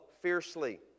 fiercely